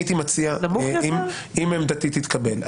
אם עמדתי תתקבל,